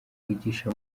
wigisha